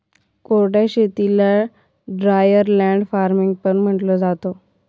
कोरड्या शेतीला dryer land farming पण म्हंटलं जातं